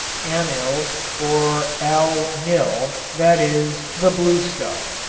anil or al-nil, that is, the blue-stuff.